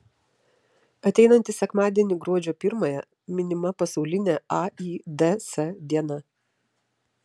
ateinantį sekmadienį gruodžio pirmąją minima pasaulinė aids diena